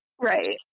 Right